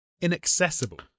inaccessible